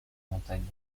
montagnes